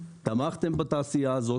תמכתם בתעשייה הזאת,